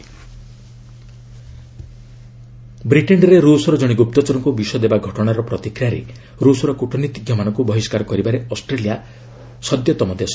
Australia Russia ବ୍ରିଟେନ୍ରେ ରୁଷର ଜଣେ ଗୁପ୍ତଚରଙ୍କୁ ବିଷ ଦେବା ଘଟଣାର ପ୍ରତିକ୍ରିୟାରେ ରୁଷର କୂଟନୀତିଜ୍ଞମାନଙ୍କୁ ବହିଷ୍କାର କରିବାରେ ଅଷ୍ଟ୍ରେଲିଆ ହେଉଛି ସଦ୍ୟତମ ଦେଶ